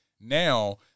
now